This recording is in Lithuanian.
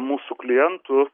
mūsų klientų